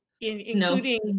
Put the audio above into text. including